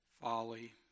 folly